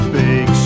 big